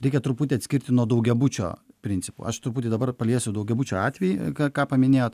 reikia truputį atskirti nuo daugiabučio principo aš truputį dabar paliesiu daugiabučio atvejį ką paminėjot